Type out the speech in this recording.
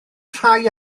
rhai